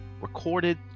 recorded